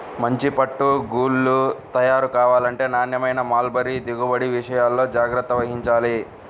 మంచి పట్టు గూళ్ళు తయారు కావాలంటే నాణ్యమైన మల్బరీ దిగుబడి విషయాల్లో జాగ్రత్త వహించాలి